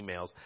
emails